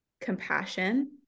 compassion